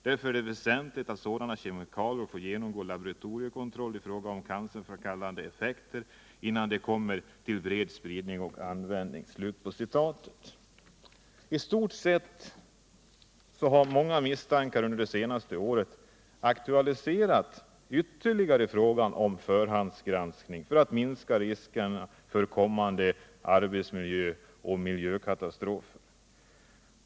Därför är det väsentligt att sådana kemikalier får genomgå laboratoriekontroll i fråga om cancerframkallande effekter innan de kommer till bred spridning och användning.” I stort sett kan man säga att många misstankar under de senaste åren ytterligare har aktualiserat frågan om förhandsgranskning av kemiska produkter för att minska riskerna för kommande arbetsmiljöoch miljökatastrofer.